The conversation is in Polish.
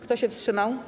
Kto się wstrzymał?